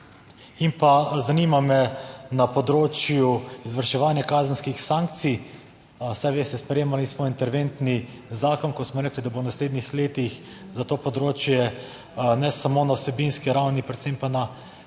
In pa zanima me na področju izvrševanja kazenskih sankcij, saj veste, sprejemali smo interventni zakon, ko smo rekli, da bo v naslednjih letih za to področje ne samo na vsebinski ravni, predvsem pa na